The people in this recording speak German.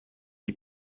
die